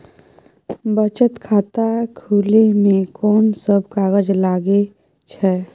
बचत खाता खुले मे कोन सब कागज लागे छै?